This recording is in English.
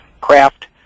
craft